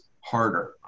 harder